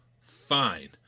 fine